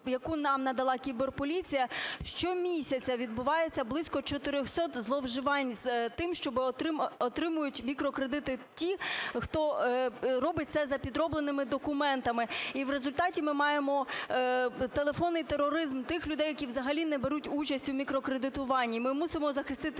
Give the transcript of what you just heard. яку нам надала кіберполіція, щомісяця відбувається близько 400 зловживань з тим, що отримують мікрокредити ті, хто робить це за підробленими документами, і в результаті ми маємо телефонний тероризм тих людей, які взагалі не беруть участь в мікрокредитуванні. Ми мусимо захистити